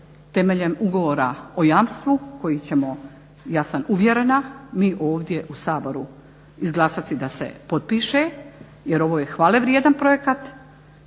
temeljem ugovora o jamstvu koji ćemo ja sam uvjerena mi ovdje u Saboru izglasati da se potpiše jer ovo je hvale vrijedan projekat.